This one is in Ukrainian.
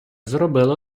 зробила